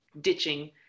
ditching